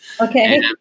Okay